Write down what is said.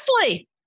Leslie